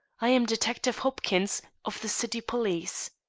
i am detective hopkins, of the city police.